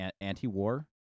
anti-war